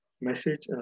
message